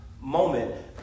moment